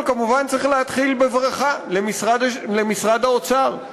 כמובן צריך להתחיל בברכה למשרד האוצר.